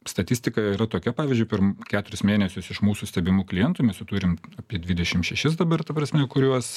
statistika yra tokia pavyzdžiui per keturis mėnesius iš mūsų stebimų klientų mes jų turim apie dvidešim šešis dabar ta prasme kuriuos